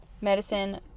medicine